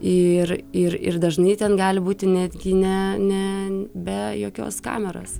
ir ir ir dažnai ten gali būti netgi ne ne be jokios kameros